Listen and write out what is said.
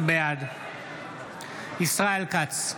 בעד ישראל כץ,